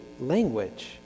language